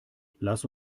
lass